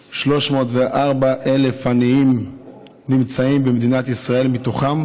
כ-2,304,000 עניים נמצאים במדינת ישראל, מתוכם